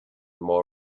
more